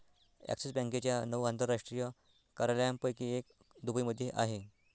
axis बँकेच्या नऊ आंतरराष्ट्रीय कार्यालयांपैकी एक दुबईमध्ये आहे